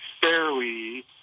fairly